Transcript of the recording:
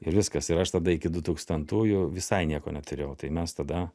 ir viskas ir aš tada iki dutūkstantųjų visai nieko neturėjau tai mes tada